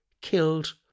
killed